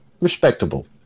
respectable